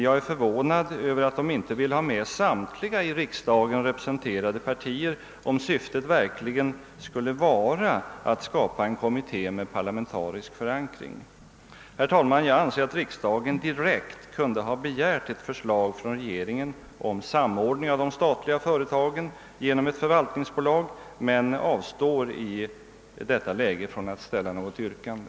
Jag är förvånad över att de inte vill ha med samtliga i riksdagen representerade partier, om syftet verkligen skulle vara att skapa en kommitté med parlamentarisk förankring. Herr talman! Jag anser att riksdagen direkt borde ha begärt ett förslag från regeringen om en samordning av de statliga företagen genom ett förvaltningsbolag, men jag avstår i detta läge från att ställa något yrkande.